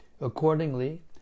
accordingly